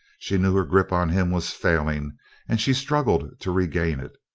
she knew her grip on him was failing and she struggled to regain it.